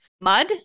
mud